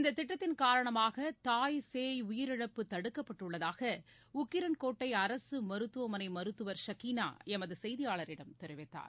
இந்ததிட்டத்தின் சேய் காரணமாகதாய் உயிரிழப்பு தடுக்கப்பட்டுள்ளதாகஉக்கிரன்கோட்டைஅரசுமருத்துவமனைமருத்துவர் ஷக்கினாஎமதுசெய்தியாளரிடம் தெரிவித்தார்